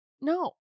no